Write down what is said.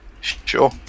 Sure